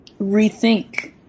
rethink